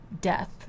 death